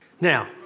Now